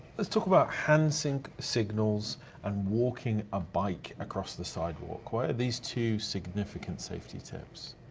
let's talk about hand-sync signals and walking a bike across the sidewalk. why are these two significant safety tips?